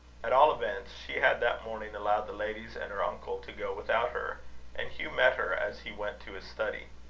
at all events, she had that morning allowed the ladies and her uncle to go without her and hugh met her as he went to his study.